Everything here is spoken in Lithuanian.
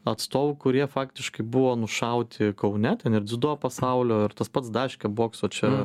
atstovų kurie faktiškai buvo nušauti kaune ten ir dziudo pasaulio ir tas pats daškė bokso čia